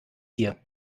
hier